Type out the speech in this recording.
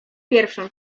pierwszą